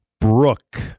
Brooke